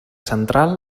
central